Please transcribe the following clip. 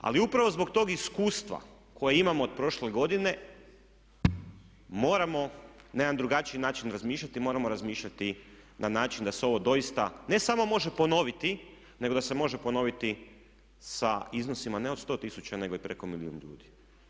Ali upravo zbog tog iskustva koje imamo od prošle godine moramo na jedan drugačiji način razmišljati, moramo razmišljati na način da se ovo doista ne samo može ponoviti nego da se može ponoviti sa iznosima ne od 100 tisuća nego i preko milijun ljudi.